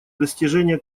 достижения